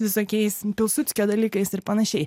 visokiais pilsudskio dalykais ir panašiai